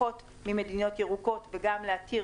לפחות ממדינות ירוקות, וגם להתיר